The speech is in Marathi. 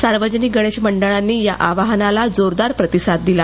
सार्वजनिक गणेश मंडळानी या आवाहनाला जोरदार प्रतिसाद दिला